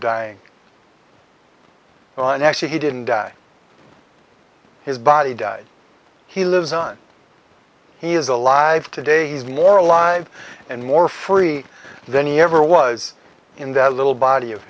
dying and actually he didn't die his body died he lives on he is alive today he's more alive and more free than he ever was in that little body of